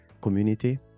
community